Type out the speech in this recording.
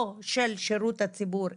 או של שירות הציבור,